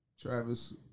Travis